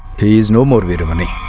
he is no more